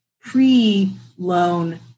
pre-loan